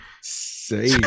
say